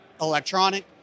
electronic